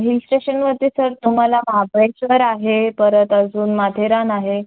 hill स्टेशनवरती sir तुम्हाला महाबळेश्वर आहे परत अजून माथेरान आहे